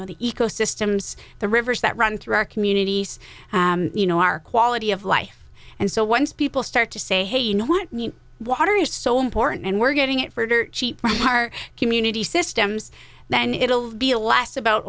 know the ecosystems the rivers that run through our communities you know our quality of life and so once people start to say hey you know what water is so important and we're getting it for cheap from our community systems then it'll be a last about